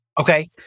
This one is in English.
Okay